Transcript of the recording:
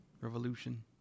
Revolution